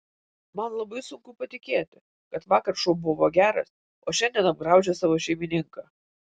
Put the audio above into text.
man labai sunku patikėti kad vakar šuo buvo geras o šiandien apgraužė savo šeimininką